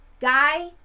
guy